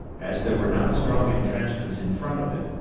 as there were not strong intrenchments in front of it,